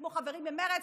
כמו חברים במרצ,